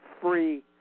free